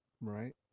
Right